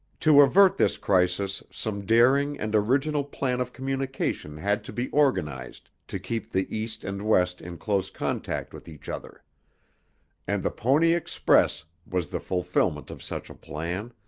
to avert this crisis some daring and original plan of communication had to be organized to keep the east and west in close contact with each other and the pony express was the fulfillment of such a plan,